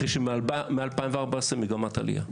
אחרי שמשנת 2014 הייתה מגמת עלייה.